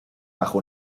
bajo